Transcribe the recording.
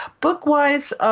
Book-wise